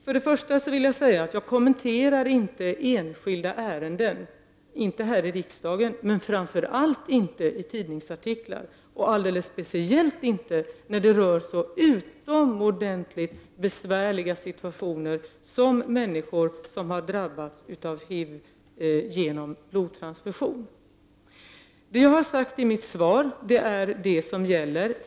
Först och främst kommenterar jag inte enskilda ärenden — inte här i riksdagen, men framför allt inte tagna ur tidningsartiklar, och alldeles speciellt inte när det rör sig om utomordentligt besvärliga situationer för människor som har drabbats av HIV vid blodtransfusioner. Det som framgår av mitt svar är det som gäller.